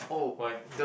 why